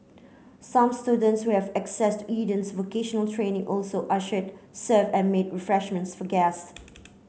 some students who have access to Eden's vocational training also ushered served and made refreshments for guests